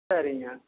சரிங்க